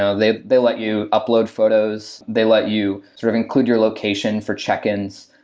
ah they they let you upload photos. they let you sort of include your location for check-ins.